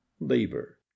labor